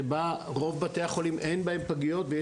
שבה ברוב בתי החולים אין פגיות ויש מרכזים.